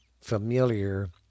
familiar